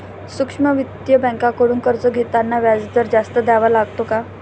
सूक्ष्म वित्तीय बँकांकडून कर्ज घेताना व्याजदर जास्त द्यावा लागतो का?